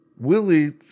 Willie